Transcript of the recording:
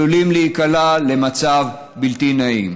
עלולים להיקלע למצב בלתי נעים.